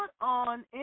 on